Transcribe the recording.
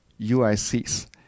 UICs